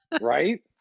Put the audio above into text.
right